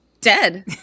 dead